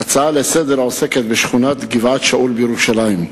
ההצעה לסדר-היום עוסקת בשכונת גבעת-שאול בירושלים.